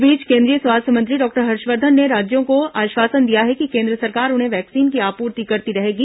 इस बीच केंद्रीय स्वास्थ्य मंत्री डॉक्टर हर्षवर्धन ने राज्यों को आश्वासन दिया है कि केंद्र सरकार उन्हें वैक्सीन की आपूर्ति करती रहेगी